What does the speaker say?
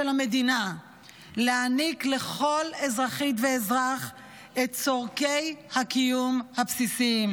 המדינה להעניק לכל אזרחית ואזרח את צורכי הקיום הבסיסיים,